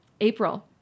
April